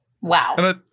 Wow